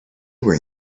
were